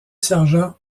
sergents